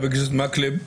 חבר הכנסת מקלב,